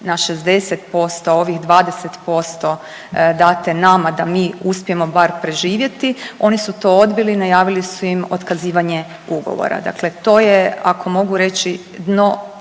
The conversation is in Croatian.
na 60%, ovih 20% date nama da mi uspijemo bar preživjeti oni su to odbili i najavili su im otkazivanje ugovora. Dakle, to je ako mogu reći dno